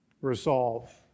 resolve